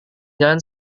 jalan